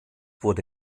wurde